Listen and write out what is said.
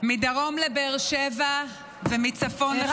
מדרום לבאר שבע ומצפון לחיפה,